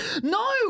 No